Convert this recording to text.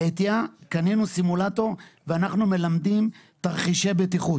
קנינו בעטיה סימולטור ואנחנו מלמדים תרחישי בטיחות.